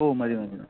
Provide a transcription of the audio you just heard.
ഓ മതി മതി എന്നാൽ